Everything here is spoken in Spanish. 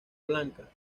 blanca